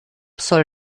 soll